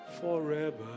forever